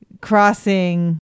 crossing